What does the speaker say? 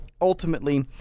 ultimately